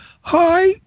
Hi